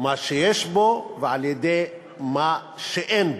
מה שיש בו ועל-ידי מה שאין בו.